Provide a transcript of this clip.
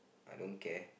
I don't care